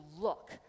look